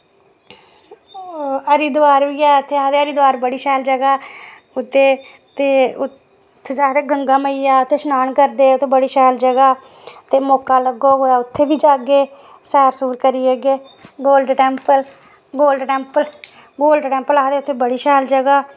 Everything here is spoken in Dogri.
हरिद्वार बी ऐ इत्थै आखदे हरिद्वार बड़ी शैल जगह् ऐ ते ते उत्थै आखदे गंगा मैया उत्थै शनान करदे बड़ी शैल जगह् ते मौका लगग ते उत्थै बी जाह्गे ते सैर करी औह्गे golden temple golden temple golden temple आखदे उत्थै बड़ी शैल जगह् ऐ